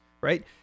right